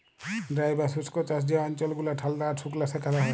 dry বা শুস্ক চাষ যে অল্চল গুলা ঠাল্ডা আর সুকলা সেখালে হ্যয়